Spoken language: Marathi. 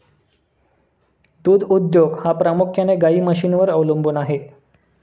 दूध उद्योग हा प्रामुख्याने गाई म्हशींवर अवलंबून आहे